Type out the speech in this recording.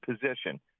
position